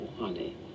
honey